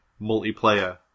multiplayer